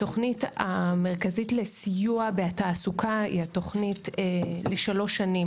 התוכנית המרכזית לסיוע בתעסוקה היא התוכנית לשלוש שנים